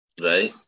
Right